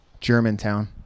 germantown